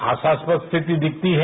आशास्वत स्थिति दिखती है